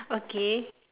okay